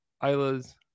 Isla's